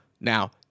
Now